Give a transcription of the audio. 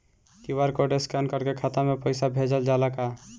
QR code scan करके खाता में पैसा भेजल जाला का?